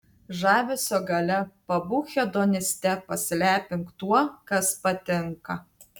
žavesio galia pabūk hedoniste pasilepink tuo kas patinka